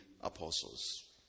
apostles